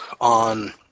on